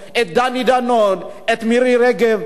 על הסתה לגזענות,